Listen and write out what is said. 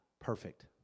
perfect